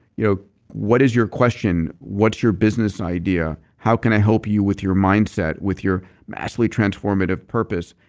you know what is your question? what's your business idea? how can i help you with your mindset, with your massively transformative purpose?